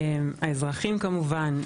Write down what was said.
האזרחים כמובן,